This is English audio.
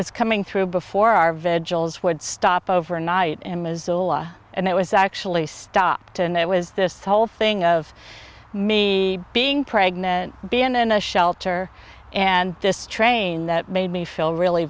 was coming through before our vigils would stop overnight in missoula and it was actually stopped and there was this whole thing of me being pregnant been in a shelter and this train that made me feel really